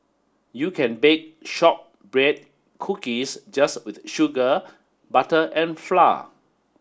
you can bake shortbread cookies just with sugar butter and flour